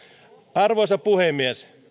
arvoisa puhemies